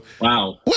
Wow